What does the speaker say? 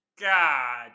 god